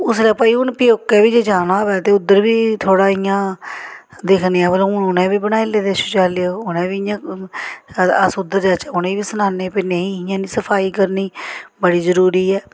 उसलै भाई हून प्यौकै बी जे जाना होऐ ते उद्धर बी थोह्ड़ा इ'यां दिक्खने आं भला हून उ'नें बी बनाई लेदे शौचालय उ'नें बी इ'यां अस उद्धर जाह्चै उ'नेंगी बी सनान्ने भाई नेईं इ'यां सफाई करनी बड़ी जरूरी ऐ